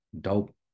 dope